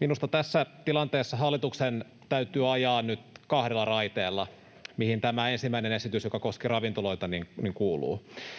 Minusta tässä tilanteessa hallituksen täytyy ajaa nyt kahdella raiteella, mihin tämä ensimmäinen esitys, joka koski ravintoloita, kuuluu.